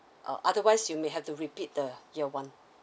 uh otherwise you may have to repeat the year one